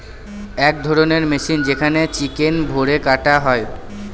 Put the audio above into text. এক ধরণের মেশিন যেখানে চিকেন ভোরে কাটা হয়